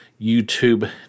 YouTube